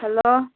hello